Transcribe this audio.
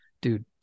Dude